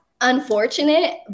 unfortunate